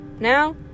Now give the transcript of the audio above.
Now